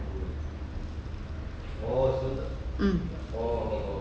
mm